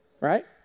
right